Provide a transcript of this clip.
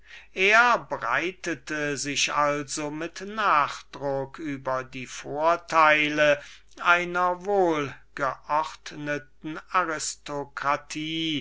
er breitete sich also mit nachdruck über die vorteile einer wohlgeordneten aristokratie